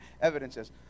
evidences